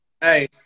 Hey